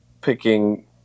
picking